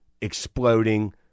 exploding